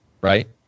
right